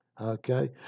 okay